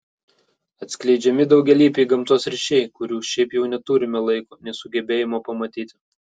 atskleidžiami daugialypiai gamtos ryšiai kurių šiaip jau neturime laiko nei sugebėjimo pamatyti